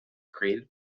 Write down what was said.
created